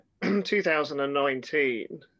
2019